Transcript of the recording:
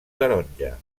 taronja